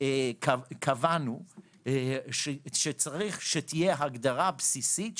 קבענו שצריכה להיות הגדרה בסיסית,